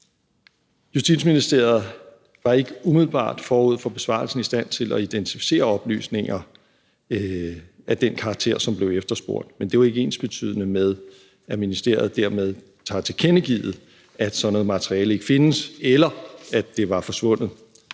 Justitsministeriet var ikke umiddelbart forud for besvarelsen i stand til at identificere oplysninger af den karakter, som blev efterspurgt, men det er jo ikke ensbetydende med, at ministeriet dermed har tilkendegivet, at sådan noget materiale ikke findes, eller at det var forsvundet,